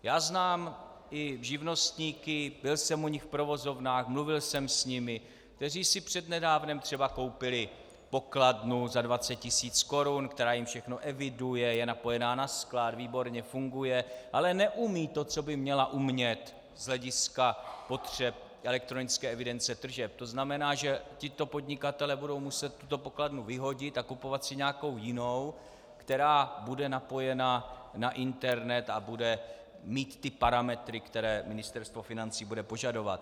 Já znám i živnostníky, byl jsem u nich v provozovnách, mluvil jsem s nimi, kteří si přednedávnem třeba koupili pokladnu za 20 tis. korun, která jim všechno eviduje, je napojená na sklad, výborně funguje, ale neumí to, co by měla umět z hlediska potřeb elektronické evidence tržeb, to znamená, že tito podnikatelé budou muset tuto pokladnu vyhodit a kupovat si nějakou jinou, která bude napojená na internet a bude mít ty parametry, které Ministerstvo financí bude požadovat.